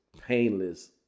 painless